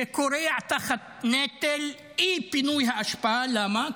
שכורע תחת נטל אי-פינוי האשפה, למה?